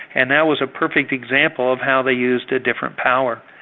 and that was a perfect example of how they used their different power.